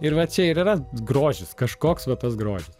ir va čia ir yra grožis kažkoks va tas grožis